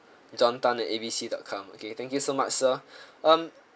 john tan at A B C dot com okay thank you so much sir um